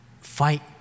fight